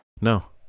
no